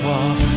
off